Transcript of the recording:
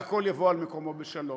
והכול יבוא על מקומו בשלום,